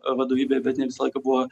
vadovybei bet ne visą laiką buvo